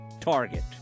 target